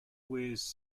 wears